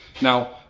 Now